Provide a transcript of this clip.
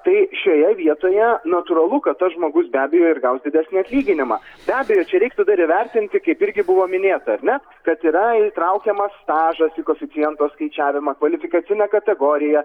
tai šioje vietoje natūralu kad tas žmogus be abejo ir gaus didesnį atlyginimą be abejo čia reiktų dar įvertinti kaip irgi buvo minėta ar ne kad yra įtraukiamas stažas į koeficiento skaičiavimą kvalifikacinė kategorija